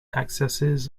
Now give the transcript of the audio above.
accesses